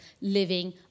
living